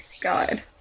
God